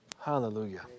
Hallelujah